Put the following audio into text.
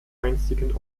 einstigen